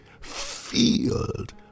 filled